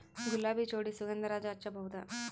ಗುಲಾಬಿ ಜೋಡಿ ಸುಗಂಧರಾಜ ಹಚ್ಬಬಹುದ?